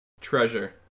treasure